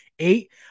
Eight